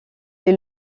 est